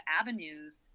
avenues